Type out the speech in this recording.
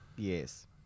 Yes